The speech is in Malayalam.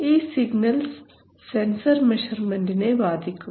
ഈ സിഗ്നൽസ് സെൻസർ മെഷർമെൻറിനെ ബാധിക്കും